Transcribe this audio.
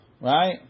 right